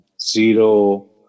zero